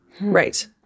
Right